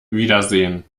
wiedersehen